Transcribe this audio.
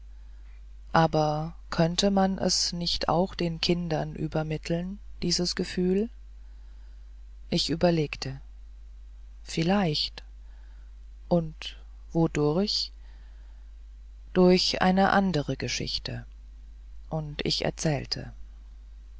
aber könnte man es nicht auch den kindern übermitteln dieses gefühl ich überlegte vielleicht und wodurch durch eine andere geschichte und ich erzählte